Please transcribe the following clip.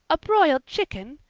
a broiled chicken!